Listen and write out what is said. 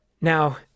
Now